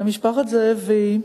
משפחת זאבי,